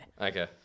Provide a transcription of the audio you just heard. Okay